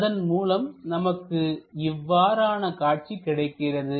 அதன் மூலம் நமக்கு இவ்வாறான காட்சி கிடைக்கிறது